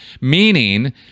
meaning